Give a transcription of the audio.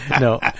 no